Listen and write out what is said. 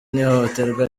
n’ihohoterwa